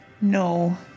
No